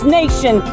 nation